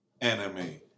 Enemy